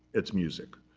it's music.